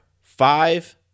five